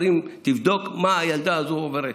תבדוק מה הילדה הזו עוברת,